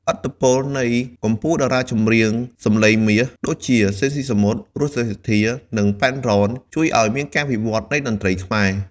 ឥទ្ធិពលនៃកំពូលតារ៉ាចម្រៀងសម្លេងមាស ដូចជា ស៊ីន ស៊ីសាមុត, រស់ សេរីសុទ្ធា, និង ប៉ែន រ៉ន ជួយអោយមានការវិវត្តន៍នៃតន្រ្តីខ្មែរ។